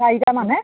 চাৰিটামান হে